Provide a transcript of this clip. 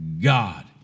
God